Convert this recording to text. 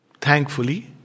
thankfully